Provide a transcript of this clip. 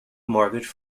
mortgage